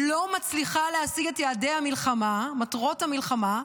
לא מצליחה להשיג את יעדי המלחמה, מטרות המלחמה,